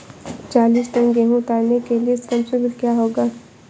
चालीस टन गेहूँ उतारने के लिए श्रम शुल्क क्या होगा?